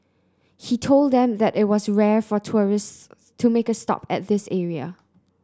he told them that it was rare for tourists to make a stop at this area